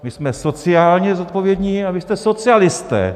My jsme sociálně zodpovědní a vy jste socialisté.